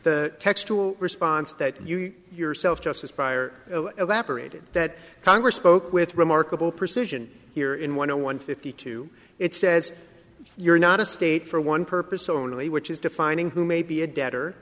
e textual response that you yourself just aspire evaporated that congress spoke with remarkable precision here in one zero one fifty two it says you're not a state for one purpose only which is defining who may be a